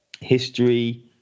history